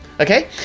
Okay